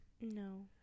No